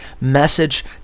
message